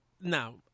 Now